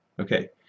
okay